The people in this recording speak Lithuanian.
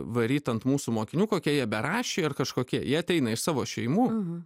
varyt ant mūsų mokinių kokie jie beraščiai ar kažkokie jie ateina iš savo šeimų